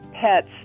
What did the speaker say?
pets